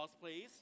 please